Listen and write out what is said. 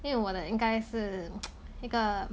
因为我的应该是 一个